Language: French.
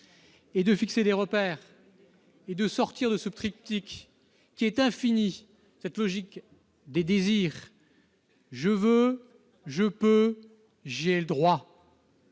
de fixer des repères et de sortir de ce triptyque infini, de cette logique des désirs :« je veux, je peux, j'y ai droit »